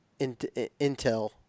intel